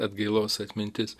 atgailos atmintis